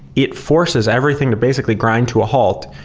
it forces everything to basically grind to a halt,